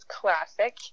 classic